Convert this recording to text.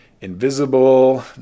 invisible